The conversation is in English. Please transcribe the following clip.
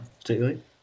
particularly